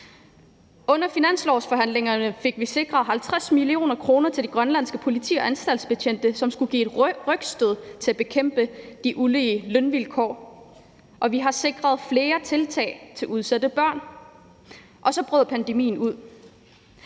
Under finanslovsforhandlingerne fik vi sikret 50 mio. kr. til det grønlandske politi og de grønlandske anstaltsbetjente, som skulle give et rygstød til at bekæmpe de ulige lønvilkår, og vi har også sikret flere tiltag til udsatte børn. Så brød pandemien ud.